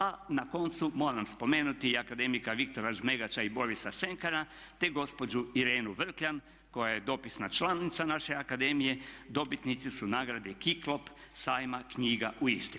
A na koncu moram spomenuti i akademika Viktora Žmegača i Borisa Senkera te gospođu Irenu Vrkljan koja je dopisna članica naše akademije, dobitnici su nagrade Kiklop, sajma knjiga u Istri.